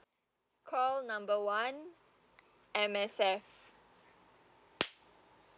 call number one M_S_F